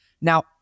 Now